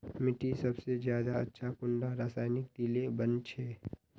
मिट्टी सबसे ज्यादा अच्छा कुंडा रासायनिक दिले बन छै?